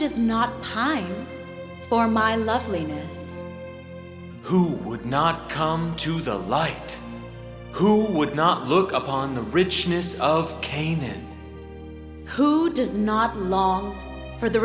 does not time for my loveliness who would not come to the light who would not look upon the richness of canaan who does not long for the